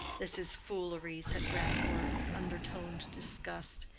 this is foolery, said grandcourt, with undertoned disgust.